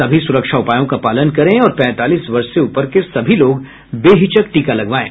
सभी सुरक्षा उपायों का पालन करें और पैंतालीस वर्ष से ऊपर के सभी लोग बेहिचक टीका लगवाएं